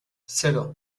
zero